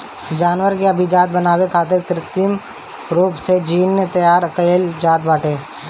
जानवर के अभिजाति बनावे खातिर कृत्रिम रूप से जीन तैयार कईल जात बाटे